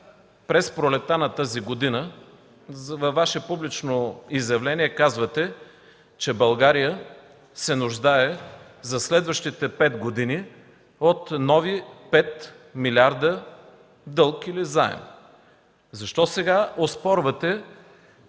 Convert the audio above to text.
през пролетта на тази година във Ваше публично изявление казвате, че България се нуждае за следващите пет години от нови 5 милиарда дълг или заем. Защо сега оспорвате